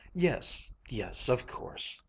yes, yes, of course.